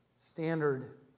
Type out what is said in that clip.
standard